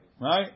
right